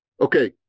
okay